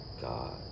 God